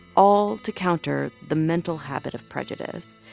all to counter the mental habit of prejudice.